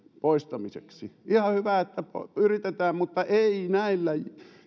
poistamiseksi ihan hyvä että yritetään mutta ei näillä